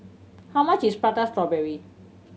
how much is Prata Strawberry